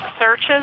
searches